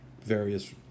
various